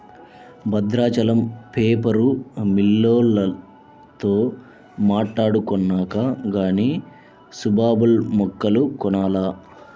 Bhadrachalam paper మిల్లోల్లతో మాట్టాడుకొన్నాక గానీ సుబాబుల్ మొక్కలు కొనాల